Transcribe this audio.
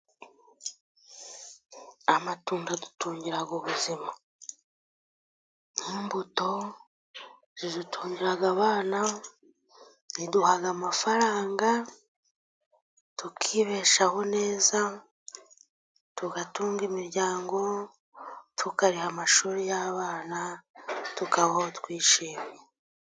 Amatunda adutungira ubuzima. Nk'imbuto zidutungira abana, ziduha amafaranga, tukibeshaho neza, tugatunga imiryango, tukariha amashuri y'abana, tukabaho twishimiye.